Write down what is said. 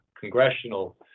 congressional